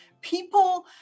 people